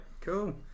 Cool